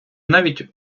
навіть